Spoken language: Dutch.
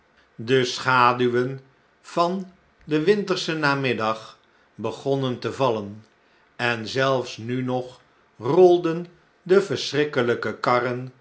de schaduwen van den winterschen namiddag begonnen te vallen en zelfs nunog rolden de verschrikkelpe karren